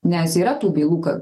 nes yra tų bylų ka